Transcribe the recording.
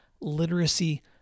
Literacy